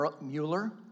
Mueller